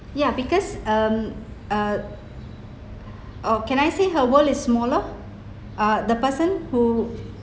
yeah because um uh or can I say her world is smaller uh the person who